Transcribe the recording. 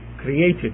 created